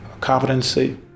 competency